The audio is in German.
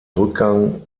rückgang